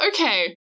Okay